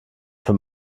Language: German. für